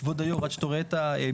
כבוד היו"ר, עד שאתה רואה את המפרט.